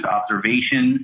observation